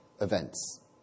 events